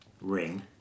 ring